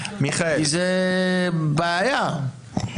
כי זו בעיה,